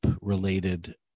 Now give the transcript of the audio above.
related